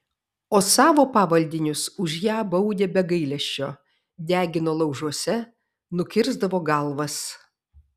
o savo pavaldinius už ją baudė be gailesčio degino laužuose nukirsdavo galvas